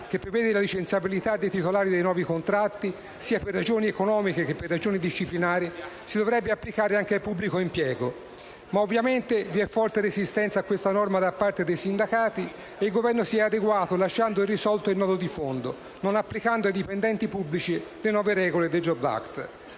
che prevede la licenziabilità dei titolari dei nuovi contratti sia per ragioni economiche che per ragioni disciplinari, si dovrebbe applicare anche al pubblico impiego. Ma, ovviamente, vi è forte resistenza a questa norma da parte dei sindacati e il Governo si è adeguato, lasciando irrisolto il nodo di fondo e non applicando ai dipendenti pubblici le nuove regole del *jobs act*.